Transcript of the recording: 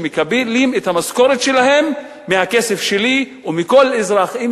שמקבלים את המשכורת שלהם מהכסף שלי ומכל אזרח במדינה,